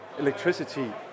electricity